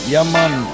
Yaman